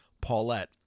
Paulette